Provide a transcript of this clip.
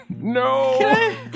No